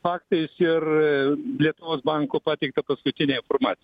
faktais ir lietuvos banko pateikta paskutinė informacija